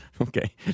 Okay